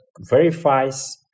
verifies